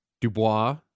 Dubois